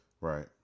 Right